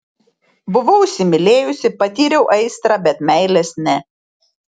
buvau įsimylėjusi patyriau aistrą bet meilės ne